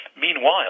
meanwhile